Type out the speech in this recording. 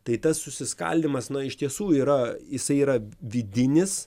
tai tas susiskaldymas na iš tiesų yra jisai yra vidinis